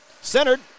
Centered